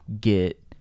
get